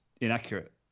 inaccurate